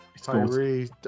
Tyree